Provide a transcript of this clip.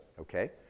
Okay